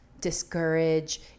discourage